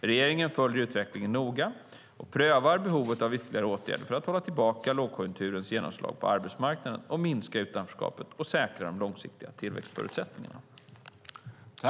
Regeringen följer utvecklingen noga och prövar behovet av ytterligare åtgärder för att hålla tillbaka lågkonjunkturens genomslag på arbetsmarknaden, minska utanförskapet och säkra de långsiktiga tillväxtförutsättningarna.